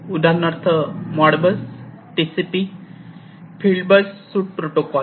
उदाहरणार्थ Modbus TCP field bus suite protocol